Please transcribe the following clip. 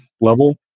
level